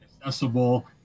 accessible